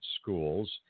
schools